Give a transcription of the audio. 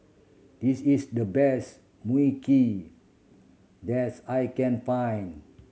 this is the best Mui Kee that's I can find